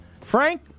Frank